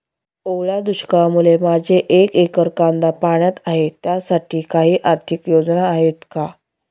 ओल्या दुष्काळामुळे माझे एक एकर कांदा पाण्यात आहे त्यासाठी काही आर्थिक योजना आहेत का?